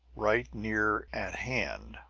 right near at hand,